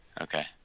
Okay